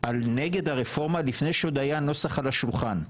על נגד הרפורמה לפני שעוד היה נוסח על השולחן,